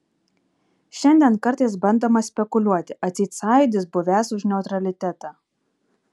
šiandien kartais bandoma spekuliuoti atseit sąjūdis buvęs už neutralitetą